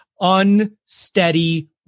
unsteady